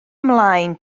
ymlaen